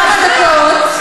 השר יצא רגע לכמה דקות.